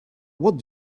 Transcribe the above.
what